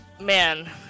man